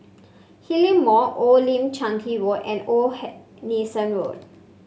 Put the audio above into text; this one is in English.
Hillion Mall Old Lim Chu Kang Road and Old Nelson Road